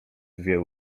dwie